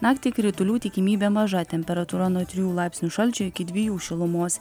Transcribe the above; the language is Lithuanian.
naktį kritulių tikimybė maža temperatūra nuo trijų laipsnių šalčio iki dviejų šilumos